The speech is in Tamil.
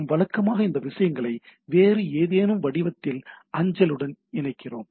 நாம் வழக்கமாக அந்த விஷயங்களை வேறு ஏதேனும் ஒரு வடிவத்தில் அஞ்சலுடன் இணைக்கிறோம்